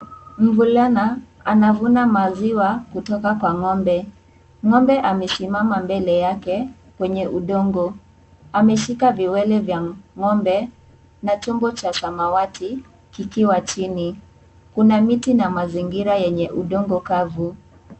Mvulana anavuna maziwa kutoka kwa ng'ombe. Ng'ombe amesimama mbele yake kwenye udongo. ameshika viwele vya ng'ombe na chombo cha samawati kikiwa chini. Kuna miti na mazingira yenye udongo kavu.